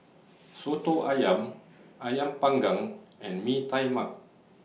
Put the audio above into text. Soto Ayam Ayam Panggang and Mee Tai Mak